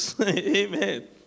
Amen